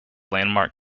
landmark